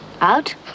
Out